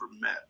met